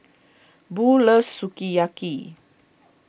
Bo loves Sukiyaki